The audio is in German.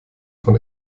von